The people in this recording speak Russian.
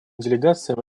делегациям